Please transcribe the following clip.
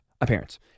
appearance